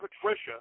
Patricia